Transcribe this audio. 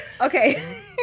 Okay